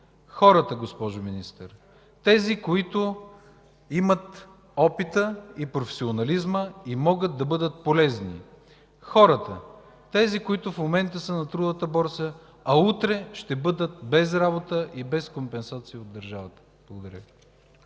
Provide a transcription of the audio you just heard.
Хората, госпожо Министър! Тези, които имат опита и професионализма и могат да бъдат полезни! Хората – тези, които в момента са на трудовата борса, а утре ще бъдат без работа и без компенсации от държавата. Благодаря.